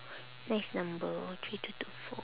nice number three two two four